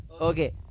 Okay